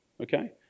Okay